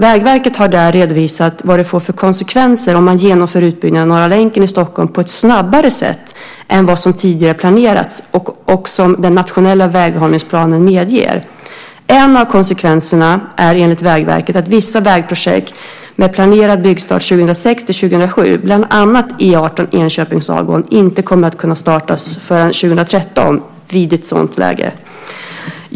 Vägverket har där redovisat vad det får för konsekvenser om man genomför utbyggnaden av Norra länken i Stockholm på ett snabbare sätt än vad som tidigare planerats och som den nationella väghållningsplanen medger. En av konsekvenserna är enligt Vägverket att vissa vägprojekt med planerad byggstart 2006-2007, bland annat E 18 Enköping-Sagån, inte kommer att kunna startas förrän 2013 vid ett sådant läge.